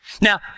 Now